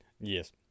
Yes